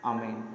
Amen